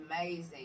amazing